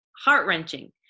heart-wrenching